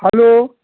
hello